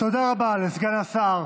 תודה רבה לסגן השר